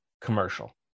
commercial